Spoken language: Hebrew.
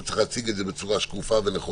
הוא צריך להציג את זה בצורה שקופה ונכונה,